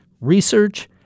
research